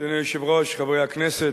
אדוני היושב-ראש, חברי הכנסת,